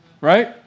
Right